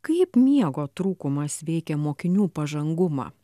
kaip miego trūkumas veikia mokinių pažangumą